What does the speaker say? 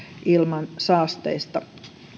ilmansaasteista